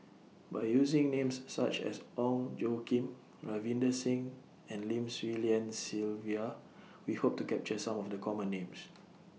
By using Names such as Ong Tjoe Kim Ravinder Singh and Lim Swee Lian Sylvia We Hope to capture Some of The Common Names